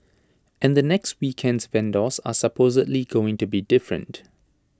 and the next weekend's vendors are supposedly going to be different